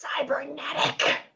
Cybernetic